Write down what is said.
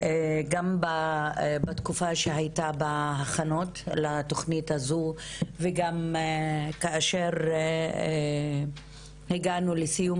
גם בתקופה שהיתה בהכנות לתוכנית הזאת וגם כאשר הגענו לסיום